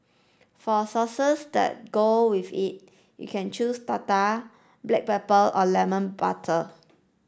for sauces that go with it you can choose tartar black pepper or lemon butter